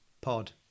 pod